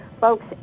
Folks